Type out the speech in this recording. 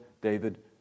David